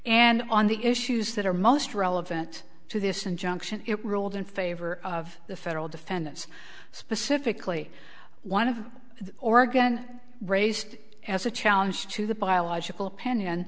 and on the issues that are most relevant to this injunction it ruled in favor of the federal defendants specifically one of the oregon raised as a challenge to the biological opinion